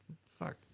fuck